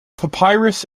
papyrus